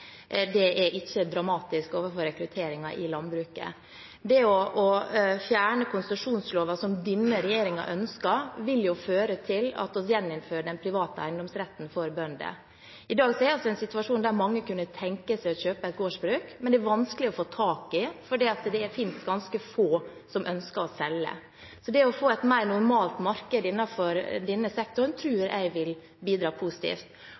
ikke er dramatisk når det gjelder rekrutteringen i landbruket. Det å fjerne konsesjonsloven som denne regjeringen ønsker, vil føre til at vi gjeninnfører den private eiendomsretten for bønder. I dag har vi en situasjon hvor mange kunne tenke seg å kjøpe et gårdsbruk, men det er vanskelig å få tak i fordi det er ganske få som ønsker å selge. Så det å få et mer normalt marked innenfor denne sektoren tror jeg vil bidra positivt.